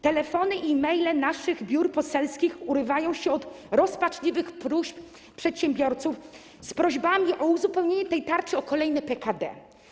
Telefony i maile naszych biur poselskich urywają się od rozpaczliwych próśb przedsiębiorców o uzupełnienie tej tarczy o kolejne PKD.